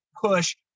push